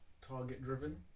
target-driven